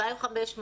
2,500,